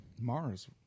Mars